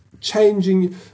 changing